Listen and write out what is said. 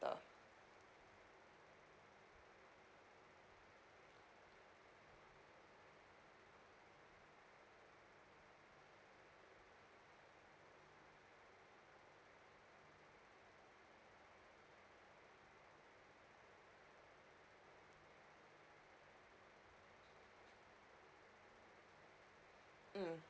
centre